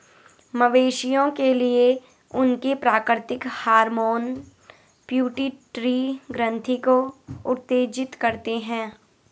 मवेशियों के लिए, उनके प्राकृतिक हार्मोन पिट्यूटरी ग्रंथि को उत्तेजित करते हैं